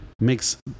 makes